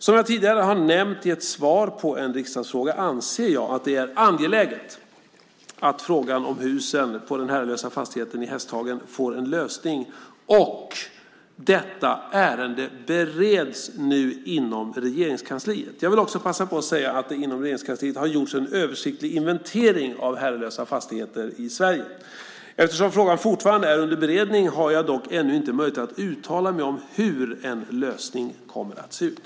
Som jag tidigare har nämnt i ett svar på en riksdagsfråga anser jag att det är angeläget att frågan om husen på den herrelösa fastigheten i Hästhagen får en lösning, och detta ärende bereds nu inom Regeringskansliet. Jag vill också passa på att säga att det inom Regeringskansliet gjorts en översiktlig inventering av herrelösa fastigheter i Sverige. Eftersom frågan fortfarande är under beredning har jag dock ännu inte möjlighet att uttala mig om hur en lösning kommer att se ut.